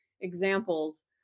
examples